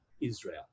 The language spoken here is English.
Israel